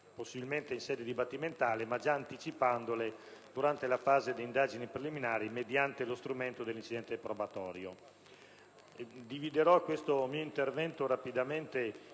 possibilmente in sede dibattimentale, ma anche durante la fase delle indagini preliminari mediante lo strumento dell'incidente probatorio.